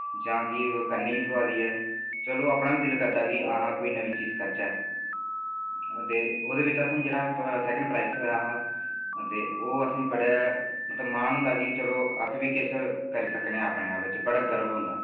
जां फ्ही करने गी थ्होआ दी ऐ चलो अपना बी दिल करदा कि कोई नमी चीज करचै ते ओह्दे बिच्च असेंगी सैकन प्राईज थ्होेया हा ते ओह् असेंगी बड़ा मान होंदा कि असें बी किश करी सकने बड़ा गर्व होंदा